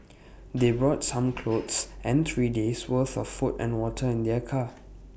they brought some clothes and three days worth of food and water in their car